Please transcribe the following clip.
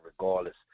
regardless